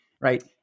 right